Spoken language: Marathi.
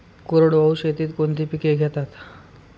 कोरडवाहू शेतीत कोणती पिके घेतात?